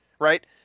right